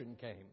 came